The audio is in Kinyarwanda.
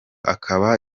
akaba